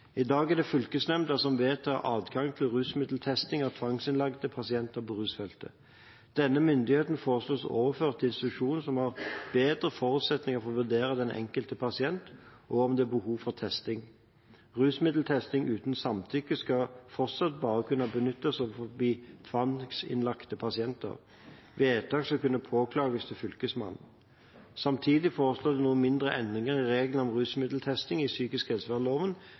I dag er det fylkesnemnda som vedtar adgang til rusmiddeltesting av tvangsinnlagte pasienter på rusfeltet. Denne myndigheten foreslås overført til institusjonene som har bedre forutsetninger for å vurdere den enkelte pasient og om det er behov for testing. Rusmiddeltesting uten samtykke skal fortsatt bare kunne benyttes overfor tvangsinnlagte pasienter. Vedtak skal kunne påklages til Fylkesmannen. Samtidig foreslås det noen mindre endringer i reglene om rusmiddeltesting i psykisk helsevernloven